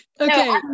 Okay